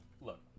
look